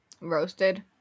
Roasted